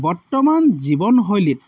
বৰ্তমান জীৱন শৈলীত